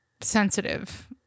sensitive